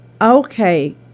Okay